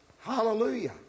Hallelujah